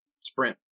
Sprint